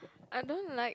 I don't like